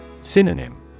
Synonym